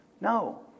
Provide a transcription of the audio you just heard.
No